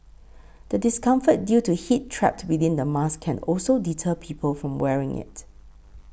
the discomfort due to heat trapped within the mask can also deter people from wearing it